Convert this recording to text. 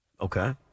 Okay